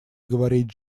говорить